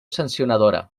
sancionadora